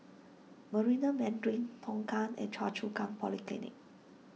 Marina Mandarin Tongkang and Choa Chu Kang Polyclinic